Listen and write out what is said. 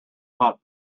hot